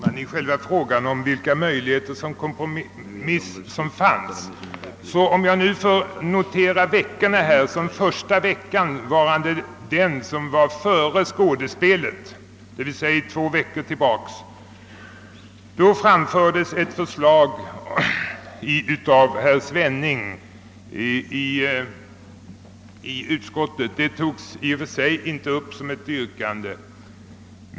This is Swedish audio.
Herr talman! För två veckor sedan, d. v. s. en vecka före detta skådespel, framförde herr Svenning ett förslag i utskottet. Det togs förvisso inte upp som ett yrkande.